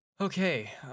okay